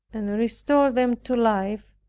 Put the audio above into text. and restore them to life,